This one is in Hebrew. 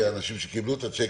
כי האנשים שקיבלו את הצ'קים,